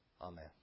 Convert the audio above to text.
Amen